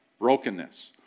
brokenness